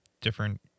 different